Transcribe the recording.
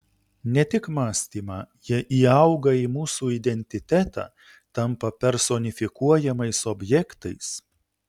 ne tik mąstymą jie įauga į mūsų identitetą tampa personifikuojamais objektais